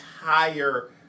entire